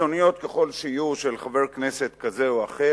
קיצוניות ככל שיהיו, של חבר כנסת כזה או אחר.